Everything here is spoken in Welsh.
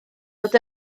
fod